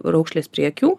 raukšlės prie akių